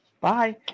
Bye